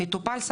מטופל,